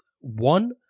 one